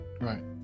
Right